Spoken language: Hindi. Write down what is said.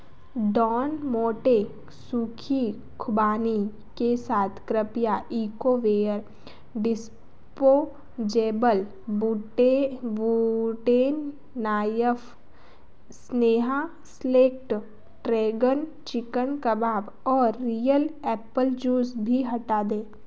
डॉन मोंटे सूखी खुबानी के साथ कृपया Ecoware disposable wood wooden knife Sneha select dragon chicken कबाब और रियल एप्पल जूस भी हटा दें